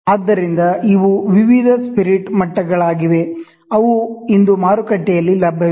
ಆದ್ದರಿಂದ ಇವು ವಿವಿಧ ಸ್ಪಿರಿಟ್ ಮಟ್ಟಗಳಾಗಿವೆ ಅವು ಇಂದು ಮಾರುಕಟ್ಟೆಯಲ್ಲಿ ಲಭ್ಯವಿದೆ